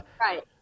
right